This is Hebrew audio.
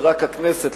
ורק הכנסת,